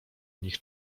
nich